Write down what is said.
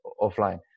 offline